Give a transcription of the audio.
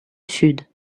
sud